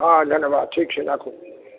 हँ धन्यवाद ठीक छै राखु